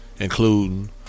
Including